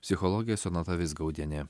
psichologė sonata vizgaudienė